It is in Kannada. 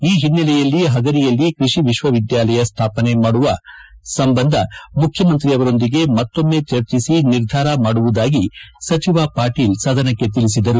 ಈ ಹಿನ್ನೆಲೆಯಲ್ಲಿ ಪಗರಿಯಲ್ಲಿ ಕೃಷಿ ವಿಶ್ವವಿದ್ಕಾಲಯ ಸ್ಟಾಪನೆ ಮಾಡುವ ಸಂಬಂಧ ಮುಖ್ಯಮಂತ್ರಿ ಅವರೊಂದಿಗೆ ಮತ್ತೊಮ್ಮ ಚರ್ಚಿಸಿ ನಿರ್ಧಾರ ಮಾಡುವುದಾಗಿ ಸಚಿವ ಪಾಟೀಲ್ ಸದನಕ್ಕೆ ತಿಳಿಸಿದರು